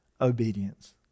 obedience